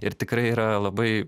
ir tikrai yra labai